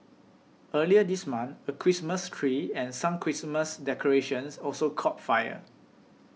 earlier this month a Christmas tree and some Christmas decorations also caught fire